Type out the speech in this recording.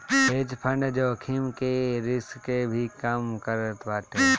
hedge fund जोखिम के risk के भी कम करत बाटे